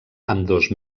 ambdós